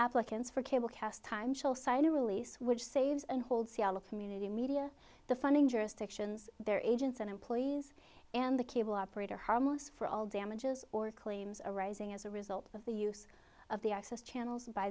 applicants for cable cast time chill sign a release which saves and holds community media the funding jurisdictions their agents and employees and the cable operator harmless for all damages or claims arising as a result of the use of the access channels by